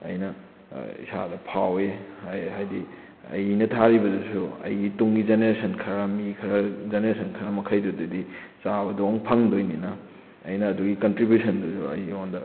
ꯑꯩꯅ ꯏꯁꯥꯗ ꯐꯥꯎꯏ ꯍꯥꯏ ꯍꯥꯏꯗꯤ ꯑꯩꯅ ꯊꯥꯔꯤꯕꯗꯨꯁꯨ ꯑꯩꯒꯤ ꯇꯨꯡꯒꯤ ꯖꯅꯦꯔꯦꯁꯟ ꯈꯔ ꯃꯤ ꯈꯔ ꯖꯅꯦꯔꯦꯁꯟ ꯈꯔ ꯃꯈꯩꯗꯨꯗꯗꯤ ꯆꯥꯕꯗꯣ ꯑꯃꯨꯛ ꯐꯪꯗꯣꯏꯅꯤꯅ ꯑꯩꯅ ꯑꯗꯨꯒꯤ ꯀꯟꯇ꯭ꯔꯤꯕꯨꯁꯟꯗꯨꯁꯨ ꯑꯩꯉꯣꯟꯗ